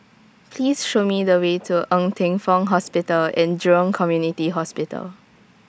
Please Show Me The Way to Ng Teng Fong Hospital and Jurong Community Hospital